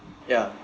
ya